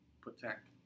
protect